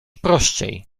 prościej